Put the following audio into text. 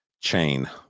chain